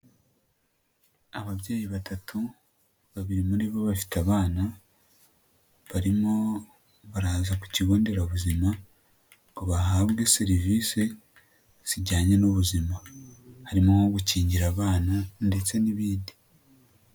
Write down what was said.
Ababyeyi batatu, babiri muri bo bafite abana barimo baraza ku kigo nderabuzima ngo bahabwe serivise zijyanye n'ubuzima harimo nko gukingira abana ndetse n'ibindi.